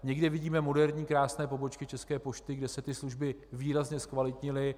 Někde vidíme moderní krásné pobočky České pošty, kde se služby výrazně zkvalitnily.